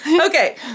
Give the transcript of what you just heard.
Okay